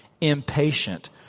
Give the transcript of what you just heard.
impatient